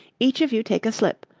each of you take a slip.